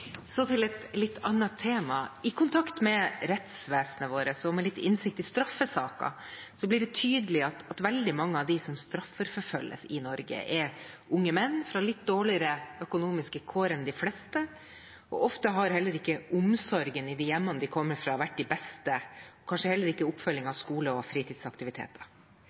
Så til et litt annet tema: I kontakt med rettsvesenet vårt og med litt innsikt i straffesaker blir det tydelig at veldig mange av dem som straffeforfølges i Norge, er unge menn fra litt dårligere økonomiske kår enn de flestes. Ofte har heller ikke omsorgen i de hjemmene de kommer fra, vært den beste – kanskje heller ikke oppfølgingen av skole og fritidsaktiviteter.